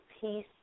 peace